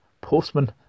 postman